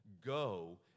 Go